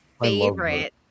favorite